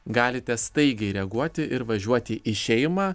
galite staigiai reaguoti ir važiuoti į šeimą